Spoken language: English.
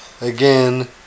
again